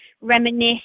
reminisce